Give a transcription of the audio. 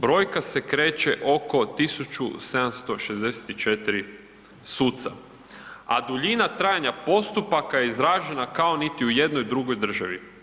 Brojka se kreće oko 1764 suca, a duljina trajanja postupaka izražena kao niti u jednoj drugoj državi.